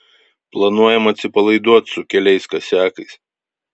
planuojam atsipalaiduot su keliais kasiakais